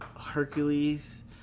Hercules